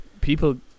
people